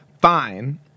Fine